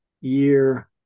year